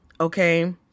Okay